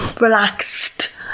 relaxed